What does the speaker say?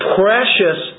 precious